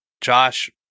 josh